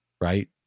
Right